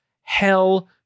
hell